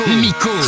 Miko